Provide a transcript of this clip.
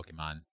Pokemon